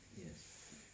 Yes